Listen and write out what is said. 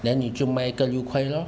then 你就卖一个六块咯